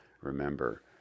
remember